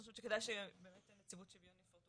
אני חושבת שכדאי באמת שנדבר על